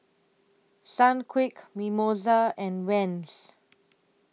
Sunquick Mimosa and Vans